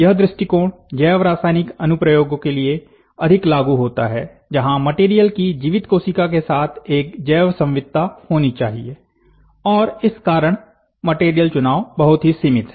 यह दृष्टिकोण जैव रासायनिक अनुप्रयोग के लिए अधिक लागू होता है जहां मटेरियल की जीवित कोशिका के साथ एक जैवसंवित्तता होनी चाहिए और इस कारण मटेरियल चुनाव बहुत ही सीमित हैं